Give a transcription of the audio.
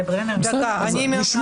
יוליה מלינובסקי (יו"ר ועדת מיזמי